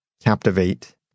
Captivate